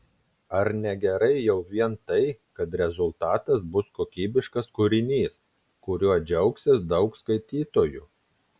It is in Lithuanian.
ar ne gerai jau vien tai kad rezultatas bus kokybiškas kūrinys kuriuo džiaugsis daug skaitytojų